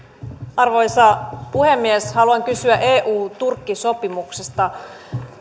arvoisa puhemies haluan kysyä eu turkki sopimuksesta